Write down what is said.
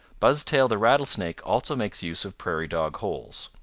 buzztail the rattlesnake also makes use of prairie dog holes,